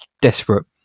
desperate